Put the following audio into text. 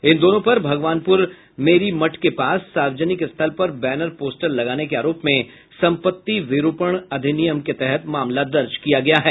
इन दोनों पर भगवानपुर मेरी मठ के पास सार्वजनिक स्थल पर बैनर पोस्टर लगाने के आरोप में संपत्ति विरूपण अधिनियम के तहत मामला दर्ज किया गया है